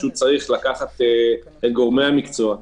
פשוט צריך לקחת את גורמי המקצוע,